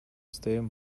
stadium